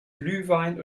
glühwein